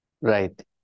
Right